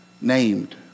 named